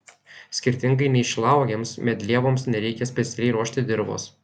skirtingai nei šilauogėms medlievoms nereikia specialiai ruošti dirvos